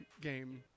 game